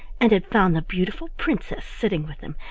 and had found the beautiful princess sitting with him,